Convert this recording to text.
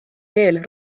veel